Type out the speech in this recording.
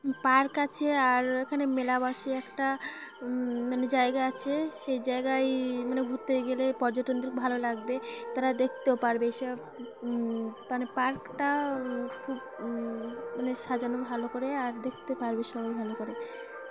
park আছে আর ওখানে মেলা বাসে একটা মানে জায়গা আছে সেই জায়গায় মানে ঘুরতে গেলে পর্যটনদের খুব ভালো লাগবে তারা দেখতেও পারবে এসব মানে পার্কটা খুব মানে সাজানো ভালো করে আর দেখতে পারবে সবাই ভালো করে